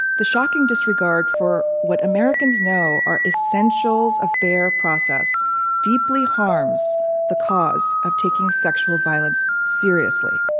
the shocking disregard for what americans know are essentials of fair process deeply harms the cause of taking sexual violence seriously.